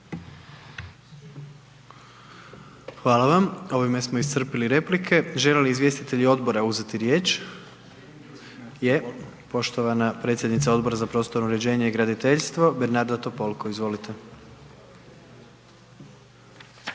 Hvala vam. Ovime smo iscrpili replike. Žele li izvjestitelji odbora uzeti riječ? Je, poštovana predsjednica Odbora za prostorno uređenje i graditeljstvo, Bernarda Topolko, izvolite.